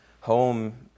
Home